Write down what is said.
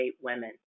women